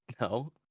No